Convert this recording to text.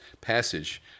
passage